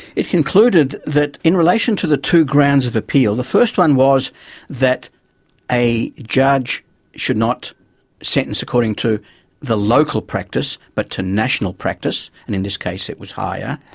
it concluded that in relation to the two grounds of appeal, the first one was that a judge should not sentence according to the local practice but to national practice, and in this case it was higher.